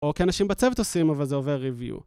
או כי אנשים בצוות עושים, אבל זה עובר review.